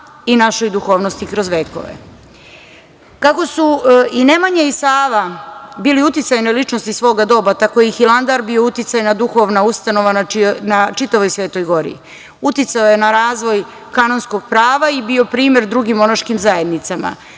i našoj duhovnosti kroz vekove. Kako su i Nemanja i Sava bili uticajne ličnosti svoga doba tako i Hilandar bio uticajna duhovna ustanova na čitavoj Svetoj gori. Uticao je ne razvoj kanonskog prava i bio primer drugima monaškim zajednicama.